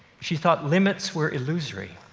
she thought limits were illusory.